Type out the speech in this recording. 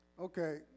Okay